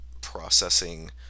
processing